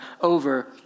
over